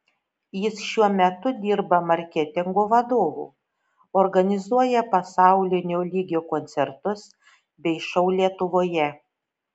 jis šiuo metu dirba marketingo vadovu organizuoja pasaulinio lygio koncertus bei šou lietuvoje